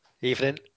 Evening